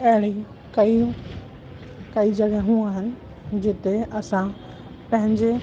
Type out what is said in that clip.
अहिड़ी कयूं कई जॻहियूं आहिनि जिते असां पंहिंजे